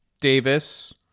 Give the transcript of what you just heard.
Davis